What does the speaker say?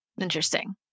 Interesting